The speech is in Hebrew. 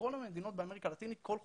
בכל המדינות באמריקה הלטינית כל חודש,